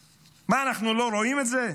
מה, אנחנו לא רואים את זה?